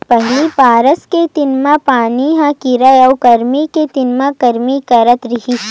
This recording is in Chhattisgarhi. पहिली बरसा के दिन म पानी ह गिरय अउ गरमी म गरमी करथ रहिस